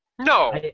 No